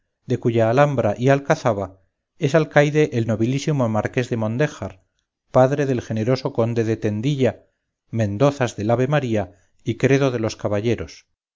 de cuya alhambra y alcazaba es alcaide el nobilísimo marqués de mondéjar padre del generoso conde de tendilla mendozas del ave maría y credo de los caballeros